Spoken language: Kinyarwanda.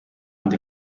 ndi